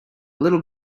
little